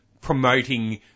promoting